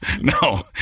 no